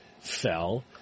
fell